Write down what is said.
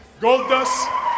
Goldust